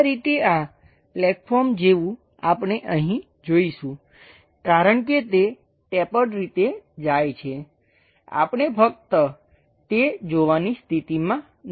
આ રીતે આ પ્લેટફોર્મ જેવું આપણે અહીં જોઈશું કારણ કે તે ટેપર્ડ રીતે જાય છે આપણે ફક્ત તે જોવાની સ્થિતિમાં નથી